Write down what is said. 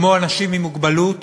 כמו אנשים עם מוגבלות,